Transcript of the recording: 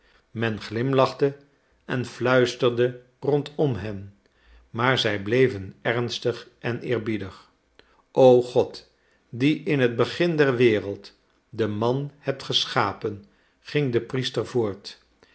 men glimlachte en fluisterde rondom hen maar zij bleven ernstig en eerbiedig o god die in het begin der wereld den man hebt geschapen ging de priester voort